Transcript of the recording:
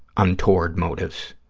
untoward motives?